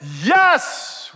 Yes